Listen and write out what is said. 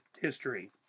history